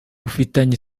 ufitanye